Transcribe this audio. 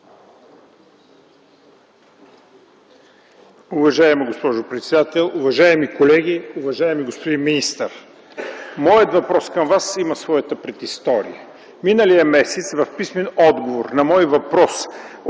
Уважаема госпожо председател, уважаеми колеги, уважаеми господин министър! Моят въпрос към Вас има своята предистория. Миналия месец в писмен отговор на мой въпрос